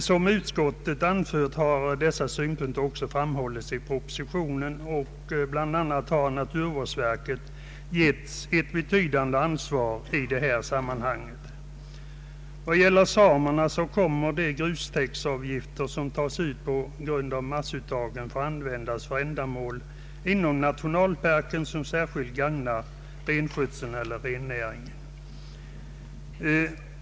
Som utskottet anfört har dessa synpunkter också framhållits i propositionen, och bl.a. har naturvårdsverket getts ett betydande ansvar i sammanhanget. Vad gäller samerna så kommer de grustäktsavgifter som tas ut på grund av massuttagen att få användas för ändamål inom nationalparken som sär skilt gagnar renskötseln eller rennäringen.